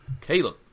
Caleb